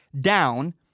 down